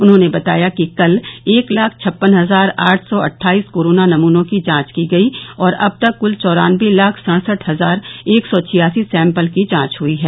उन्होंने बताया कि कल एक लाख छप्पन हजार आठ सौ अठठाइस कोरोना नमूनों की जाँच की गयी और अब तक कुल चौरान्नबे लाख सढ़सठ हजार एक सौ छियासी सैम्पल की जाँच हुई हैं